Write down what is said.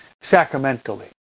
sacramentally